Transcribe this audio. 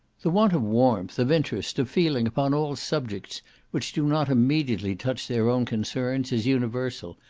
the want of warmth, of interest, of feeling, upon all subjects which do not immediately touch their own concerns, is universal,